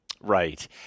Right